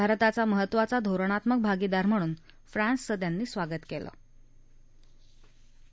भारताचा महत्वाचा धोरणात्मक भागीदार म्हणून फ्रांन्सचं त्यांनी स्वागत कलि